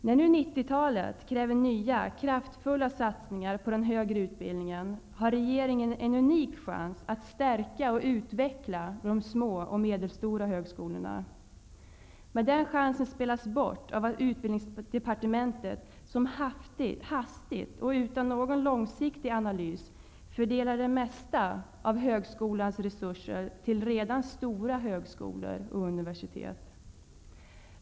När nu 90-talet kräver nya, kraftfulla satsningar på den högre utbildningen har regeringen en unik chans att stärka och utveckla de små och medelstora högskolorna. Men den chansen spelas bort av Utbildningsdepartementet, som hafsigt och utan någon långsiktig analys fördelar det mesta av högskolans resurser till redan stora högskolor och universitet.